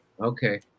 Okay